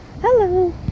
hello